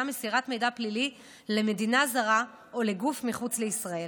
מסירת מידע פלילי למדינה זרה או לגוף מחוץ לישראל.